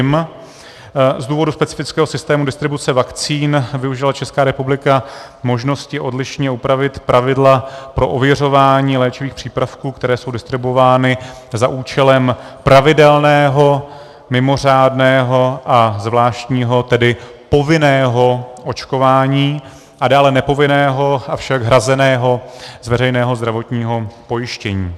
Z důvodu specifického systému distribuce vakcín využila Česká republika možnosti odlišně upravit pravidla pro ověřování léčivých přípravků, které jsou distribuovány za účelem pravidelného, mimořádného a zvláštního tedy povinného očkování a dále nepovinného, avšak hrazeného z veřejného zdravotního pojištění.